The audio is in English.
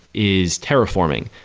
is terraforming.